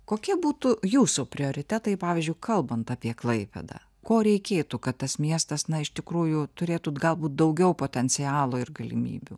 kokie būtų jūsų prioritetai pavyzdžiui kalbant apie klaipėdą ko reikėtų kad tas miestas na iš tikrųjų turėtų galbūt daugiau potencialo ir galimybių